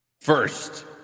First